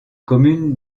communes